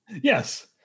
Yes